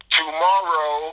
tomorrow